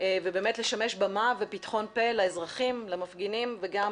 ובאמת לשמש במה ופתחון פה לאזרחים, למפגינים וגם